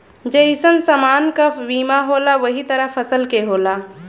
जइसन समान क बीमा होला वही तरह फसल के होला